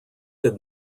did